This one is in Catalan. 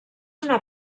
una